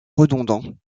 redondants